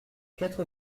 quatre